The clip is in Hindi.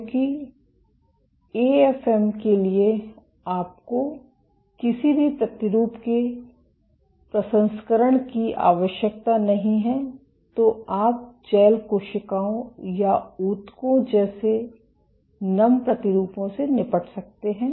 क्योंकि एएफएम के लिए आपको किसी भी प्रतिरूप के प्रसंस्करण की आवश्यकता नहीं है तो आप जैल कोशिकाओं या ऊतकों जैसे नम प्रतिरूपों से निपट सकते हैं